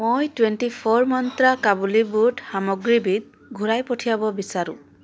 মই twenty four Myntra কাবুলী boot সামগ্ৰীবিধ ঘূৰাই পঠিয়াব বিচাৰোঁ